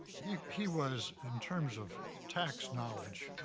he he was, in terms of tax knowledge,